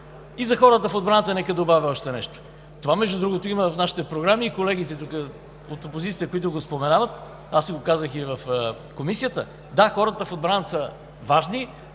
И за хората в отбраната нека добавя още нещо. Между другото, това го има в нашите програми, и колегите тук от опозицията, които го споменават, аз им го казах и в Комисията – да, хората в отбраната са важни,